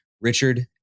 Richard